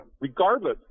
regardless